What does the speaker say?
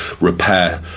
repair